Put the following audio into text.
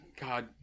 god